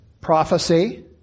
prophecy